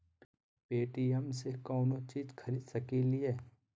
Paytm से कौनो चीज खरीद सकी लिय?